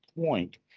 point